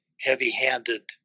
heavy-handed